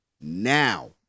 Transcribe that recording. now